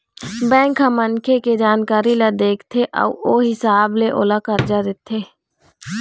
bank ह मनखे के जानकारी ल देखथे अउ ओ हिसाब ले ओला करजा देथे